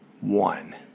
one